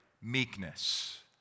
meekness